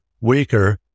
weaker